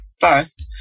first